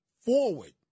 forward